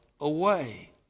away